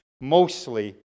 mostly